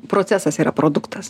procesas yra produktas